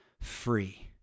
free